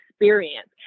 experience